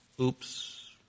Oops